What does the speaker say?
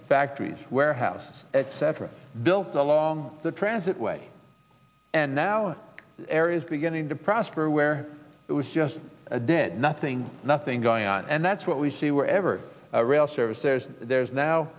factories warehouse et cetera built along the transit way and now areas beginning to prosper where it was just a dead nothing nothing going on and that's what we see wherever rail service there's there's now